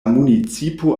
municipo